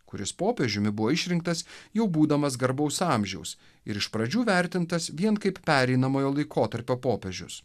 kuris popiežiumi buvo išrinktas jau būdamas garbaus amžiaus ir iš pradžių vertintas vien kaip pereinamojo laikotarpio popiežius